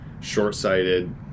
short-sighted